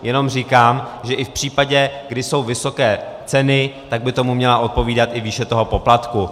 Jenom říkám, že i v případě, kdy jsou vysoké ceny, by tomu měla odpovídat i výše toho poplatku.